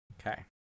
Okay